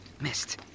missed